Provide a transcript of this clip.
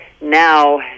now